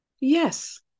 Yes